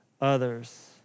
others